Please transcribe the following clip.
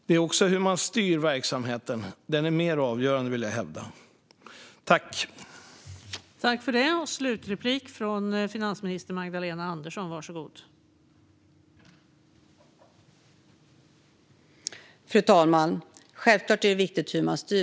Jag vill hävda att det är mer avgörande hur man styr verksamheten.